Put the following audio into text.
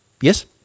Yes